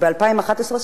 וב-2011,